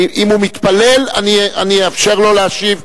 אם הוא מתפלל, אני אאפשר לו להשיב.